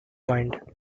wind